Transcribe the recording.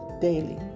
daily